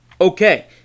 Okay